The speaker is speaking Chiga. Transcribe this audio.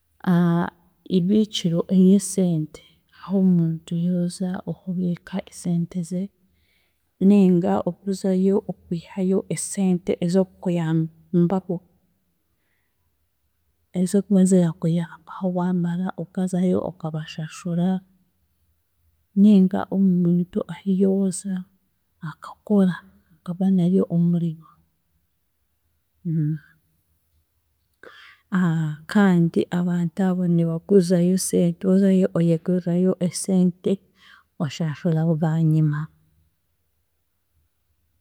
Ibiikiro ery'esente aho omuntu yooza okubiika esente ze ninga okuzayo okwihayo esente ez'okukuyambaho ez'okuba zirakuyambaho waamara okazayo okabashashura ninga omuntu ahi yooza akakora akabonayo omurimo kandi abantu abo nibaguzayo esente, ozayo oyeguzayoo esente oshashura bwanyima.